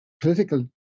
political